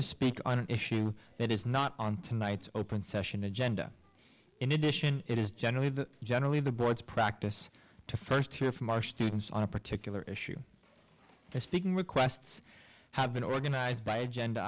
to speak on an issue that is not on tonight's open session agenda in addition it is generally the generally the board's practice to first hear from our students on a particular issue they speaking requests have been organized by agenda